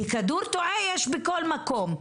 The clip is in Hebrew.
כי כדור תועה יש בכל מקום.